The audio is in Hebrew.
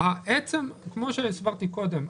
שהסברתי קודם,